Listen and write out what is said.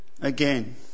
Again